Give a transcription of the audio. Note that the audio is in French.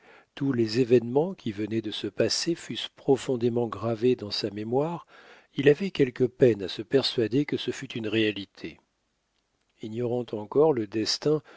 tous les événements qui venaient de se passer fussent profondément gravés dans sa mémoire il avait quelque peine à se persuader que ce fût une réalité ignorant encore le destin